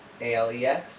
A-L-E-X